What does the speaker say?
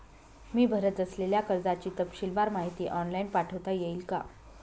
मी भरत असलेल्या कर्जाची तपशीलवार माहिती ऑनलाइन पाठवता येईल का?